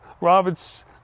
Robert's